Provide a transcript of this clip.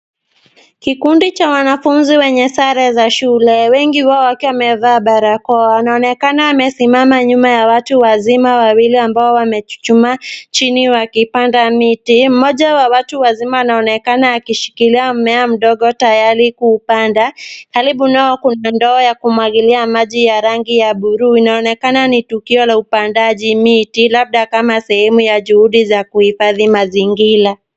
Kikundi cha wanafunzi wenye sare za shule, wengi wao wakiwa wamevaa barakoa. Wanaonekana amesimama nyuma ya watu wazima wawili ambao wamechuchumaa chini wakipanda miti. Mmoja wa watu wazima anaonekana akishikilia mmea mdogo tayari kuupanda. Karibu nao kuna ndoo ya kumwagilia maji ya rangi ya buluu, inaonekana ni tukio la upandaji miti labda kama sehemu ya juhudi za kuhifadhi mazingira.